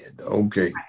Okay